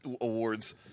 awards